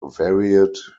varied